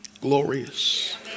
glorious